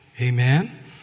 Amen